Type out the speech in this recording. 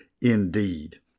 indeed